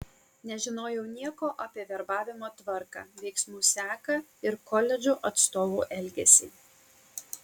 nežinojau nieko apie verbavimo tvarką veiksmų seką ir koledžų atstovų elgesį